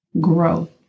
Growth